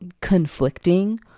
conflicting